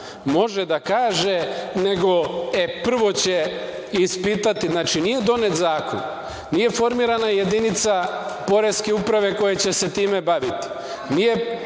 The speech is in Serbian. može da kaže nego, prvo će ispitati, znači nije donet zakon, nije formirana jedinica poreske uprave koja će se time baviti, nije